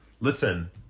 Listen